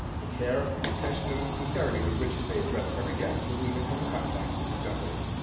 the care, the attention, and the sincerity with which they address every guest with whom they come in contact is exemplary.